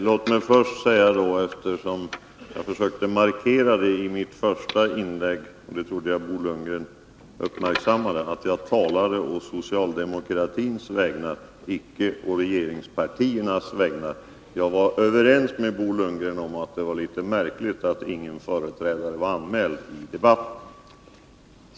Herr talman! Jag försökte markera i mitt första inlägg — och det trodde jag att Bo Lundgren uppmärksammade — att jag talade på socialdemokratins vägnar, icke på regeringspartiernas vägnar. Jag var överens med Bo Lundgren om att det var litet märkligt att ingen företrädare för regeringspartierna var anmäld till debatten.